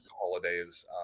holidays